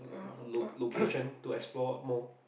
lo~ location to explore more